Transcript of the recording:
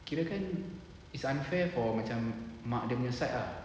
kira kan it's unfair for macam mak dia punya side ah